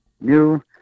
new